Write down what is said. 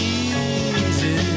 easy